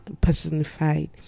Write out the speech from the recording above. personified